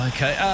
Okay